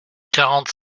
quarante